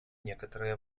некоторые